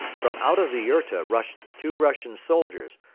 from out of the yurta rushed two russian soldiers,